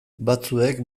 batzuek